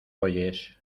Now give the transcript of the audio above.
oyes